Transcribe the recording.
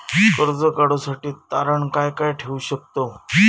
कर्ज काढूसाठी तारण काय काय ठेवू शकतव?